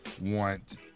want